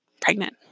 pregnant